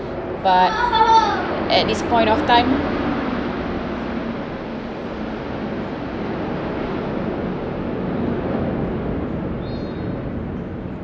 but at this point of time